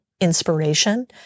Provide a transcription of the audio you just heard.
inspiration